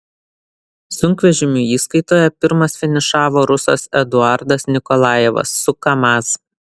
sunkvežimių įskaitoje pirmas finišavo rusas eduardas nikolajevas su kamaz